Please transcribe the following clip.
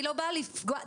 אני לא באה לפגוע,